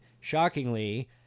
shockingly